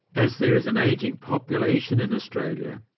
as there is an aging population in australia,